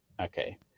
Okay